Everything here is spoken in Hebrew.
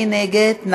מי נגד?